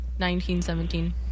1917